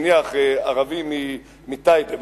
נניח ערבי מטייבה,